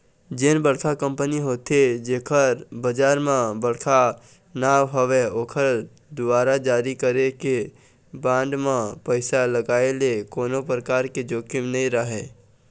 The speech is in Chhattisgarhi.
जेन बड़का कंपनी होथे जेखर बजार म बड़का नांव हवय ओखर दुवारा जारी करे गे बांड म पइसा लगाय ले कोनो परकार के जोखिम नइ राहय